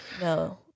No